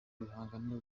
ibihangano